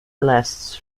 lasts